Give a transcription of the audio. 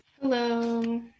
Hello